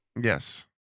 Yes